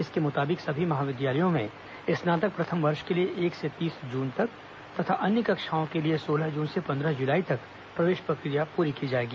इसके मुताबिक सभी महाविद्यालयों में स्नातक प्रथम वर्ष के लिए एक से तीस जून तक तथा अन्य कक्षाओं के लिए सोलह जून से पंद्रह जुलाई तक प्रवेश प्रक्रिया पूरी की जाएगी